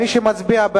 מי אחראי להסברה?